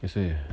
that's why